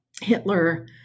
Hitler